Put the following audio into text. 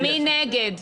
מי נגד?